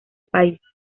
país